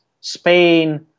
Spain